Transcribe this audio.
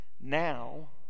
Now